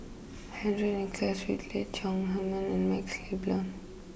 Henry Nicholas Ridley Chong Heman and MaxLe Blond